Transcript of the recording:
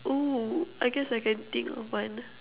oh I guess I can think of one